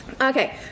Okay